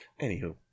Anywho